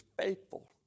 faithful